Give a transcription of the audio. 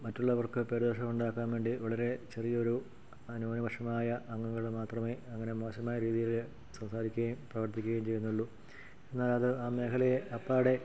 മറ്റുള്ളവർക്ക് പേരുദോഷം ഉണ്ടാക്കാൻ വേണ്ടി വളരേ ചെറിയൊരു അ ന്യൂനപക്ഷമായ അംഗങ്ങൾ മാത്രമേ അങ്ങനെ മോശമായ രീതിയിൽ സംസാരിക്കുകയും പ്രവർത്തിക്കുകയും ചെയ്യുന്നുള്ളൂ എന്നാൽ അത് ആ മേഘലയെ അപ്പാടെ